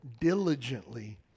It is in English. diligently